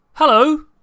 Hello